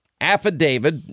affidavit